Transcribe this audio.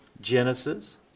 Genesis